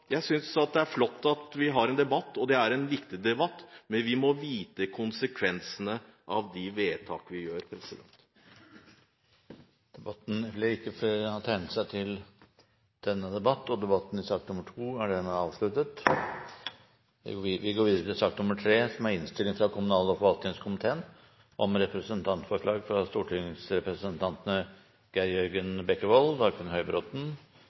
Jeg synes det er flott at vi har en debatt, og det er en viktig debatt, men vi må vite konsekvensene av de vedtak vi gjør. Flere har ikke bedt om ordet til sak nr. 2. Etter ønske fra kommunal- og forvaltningskomiteen vil presidenten foreslå at taletiden begrenses til 40 minutter, og fordeles med inntil 5 minutter til